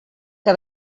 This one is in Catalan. que